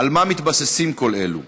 על מה מתבססים כל אלו?